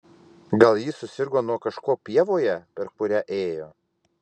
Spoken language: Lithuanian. gal ji susirgo nuo kažko pievoje per kurią ėjo